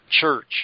church